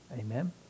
Amen